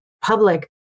public